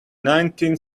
nineteen